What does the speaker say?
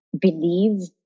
believe